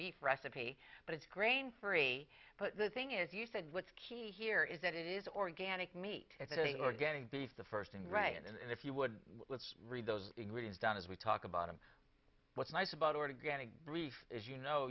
beef recipe but it's grain free but the thing is you said what's key here is that it is organic meat if it is organic beef the first thing right and if you would let's read those ingredients down as we talk about them what's nice about organic reef is you know